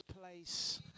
place